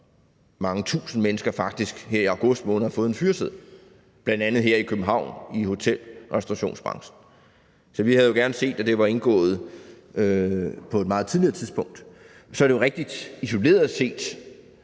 mange tusind mennesker faktisk her i august måned har fået en fyreseddel, bl.a. her i København i hotel- og restaurationsbranchen. Så vi havde jo gerne set, at det var indgået på et meget tidligere tidspunkt. Så er det jo rigtigt, at isoleret set